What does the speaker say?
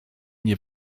nie